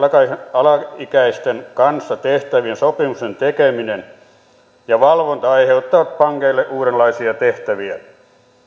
alaikäisten kanssa tehtävien sopimusten tekeminen ja valvonta aiheuttaa pankeille uudenlaisia tehtäviä